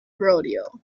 rodeo